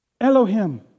Elohim